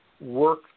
work